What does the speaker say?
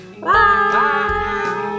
Bye